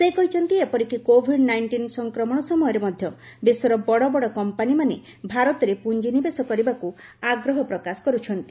ସେ କହିଛନ୍ତି ଏପରିକି କୋଭିଡ୍ ନାଇଷ୍ଟିନ୍ ସଂକ୍ରମଣ ସମୟରେ ମଧ୍ୟ ବିଶ୍ୱର ବଡ଼ବଡ଼ କମ୍ପାନିମାନେ ଭାରତରେ ପୁଞ୍ଜି ନିବେଶ କରିବାକୁ ଆଗ୍ରହ ପ୍ରକାଶ କର୍ ଚ୍ଚନ୍ତି